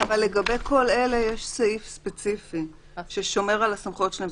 אבל לגבי כל אלה יש סעיף ספציפי ששומר על הסמכויות שלהם,